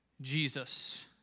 Jesus